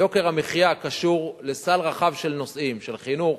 יוקר המחיה קשור לסל רחב של נושאים, של חינוך,